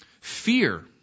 Fear